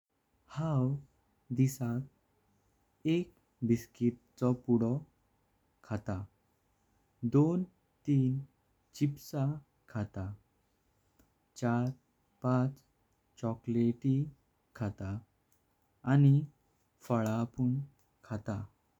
हांव दिसाक एक बिस्किट पुढो खातां। दोन तीन चिप्स खाता। चार पांच चॉकलेट खाता आनी फळा पण खातां।